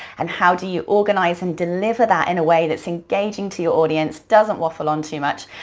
and how do you organize and deliver that in a way that's engaging to your audience, doesn't waffle on too much,